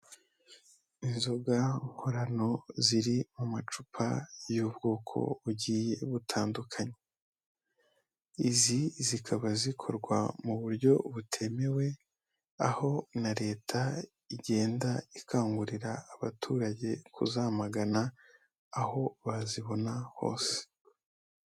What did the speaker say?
Inzoga nkorano ziri mu macupa y'ubwoko bugiye butandukanye, izi zikaba zikorwa mu buryo butemewe aho na leta igenda ikangurira abaturage kuzamagana aho bazibona hose.